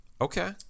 Okay